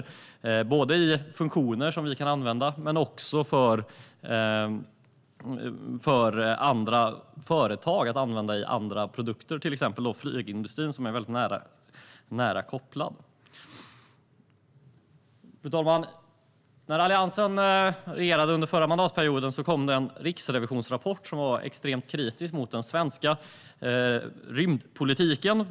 Det handlar både om funktioner som vi kan använda och om att andra företag kan använda detta i sina produkter. Vi har exempelvis flygindustrin som är närliggande. Fru talman! Under förra mandatperioden, när Alliansen regerade, kom det en riksrevisionsrapport som var extremt kritisk till den svenska rymdpolitiken.